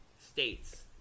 states